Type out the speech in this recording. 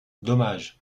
dommage